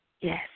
yes